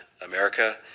America